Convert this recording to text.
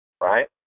right